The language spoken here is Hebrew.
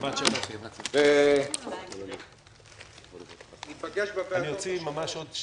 הישיבה ננעלה בשעה 13:08.